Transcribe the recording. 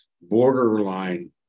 borderline